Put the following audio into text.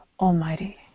Almighty